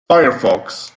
firefox